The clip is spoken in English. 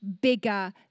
bigger